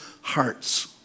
hearts